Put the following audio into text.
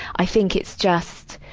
i think it's just,